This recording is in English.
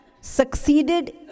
succeeded